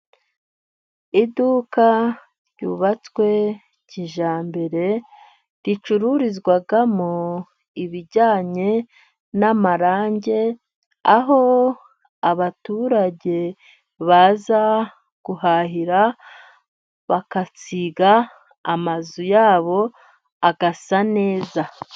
Iduka ryubatswe kijyambere, ricururizwamo ibijyanye n'amarangi, aho abaturage baza guhahira bakasiga amazu ya bo, agasa neza.